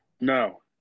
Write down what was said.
No